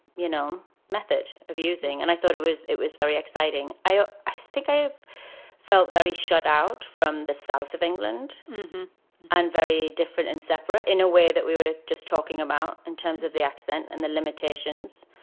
you know, method of using and i thought it was it was very exciting. i, i think i felt very shut out from the south of england and very different and separate in a way that we were just talking about in terms of the accent and the limitations.